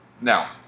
Now